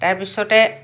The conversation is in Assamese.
তাৰপিছতে